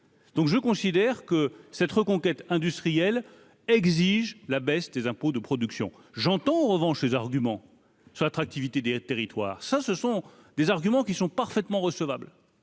donc je considère que cette reconquête industrielle exige la baisse des impôts, de production, j'entends en revanche ses arguments sur l'attractivité des territoires, ça ce sont des arguments qui sont parfaitement recevables